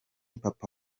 papa